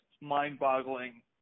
mind-boggling